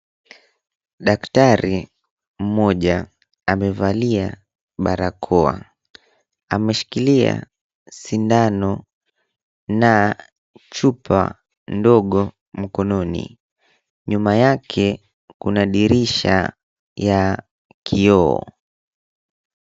Daktari mmoja amevalia barakoa. Ameshikilia sindano na chupa ndogo mkononi. Nyuma yake kuna dirisha ya kioo.